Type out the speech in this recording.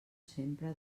sempre